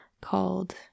called